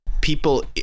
people